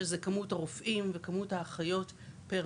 שזה כמות הרופאים וכמות האחיות פר